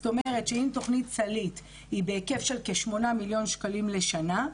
זאת אומרת שאם תוכנית סלעית היא בהיקף של כ-8 מיליון שקלים לשנה,